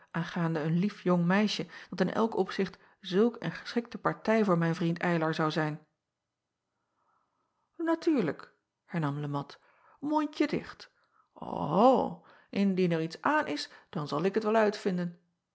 aangaande een lief jong meisje dat in elk opzicht zulk een geschikte partij voor mijn vriend ylar zou zijn atuurlijk hernam e at mondje dicht ho indien er iets aan is dan zal ik het wel uitvinden